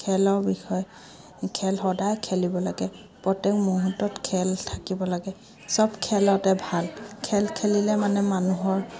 খেলৰ বিষয়ে খেল সদায় খেলিব লাগে প্ৰত্যেক মুহূৰ্তত খেল থাকিব লাগে সব খেলতে ভাল খেল খেলিলে মানে মানুহৰ